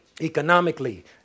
economically